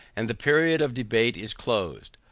and the period of debate is closed.